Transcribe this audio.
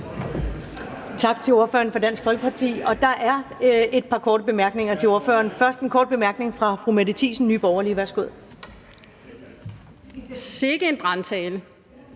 Tak til ordføreren for Dansk Folkeparti. Der er et par korte bemærkninger til ordføreren. Først er det fra fru Mette Thiesen, Nye Borgerlige. Værsgo. Kl. 14:52 Mette